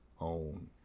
own